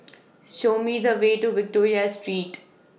Show Me The Way to Victoria Street